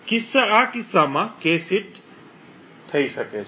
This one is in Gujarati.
જે કિસ્સામાં cache હિટ ખરેખર થઈ શકે છે